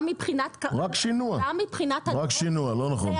גם מבחינת --- רק שינוע, לא נכון, רק שינוע.